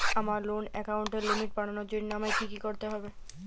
আমার লোন অ্যাকাউন্টের লিমিট বাড়ানোর জন্য আমায় কী কী করতে হবে?